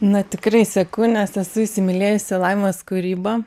na tikrai seku nes esu įsimylėjusi laimos kūrybą